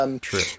True